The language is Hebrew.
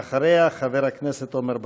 אחריה, חבר הכנסת עמר בר-לב.